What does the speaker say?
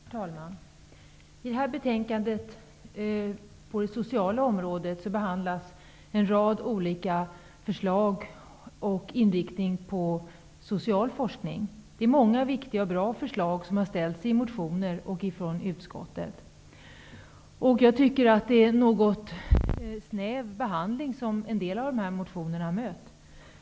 Herr talman! I det här betänkandet på det sociala området behandlas en rad olika förslag med inriktning på social forskning. Det är många viktiga och bra förslag som har lagts fram i motioner och av utskottet. En del av de här motionerna har mött en något snäv behandling.